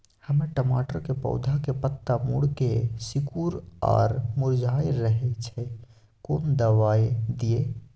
हमर टमाटर के पौधा के पत्ता मुड़के सिकुर आर मुरझाय रहै छै, कोन दबाय दिये?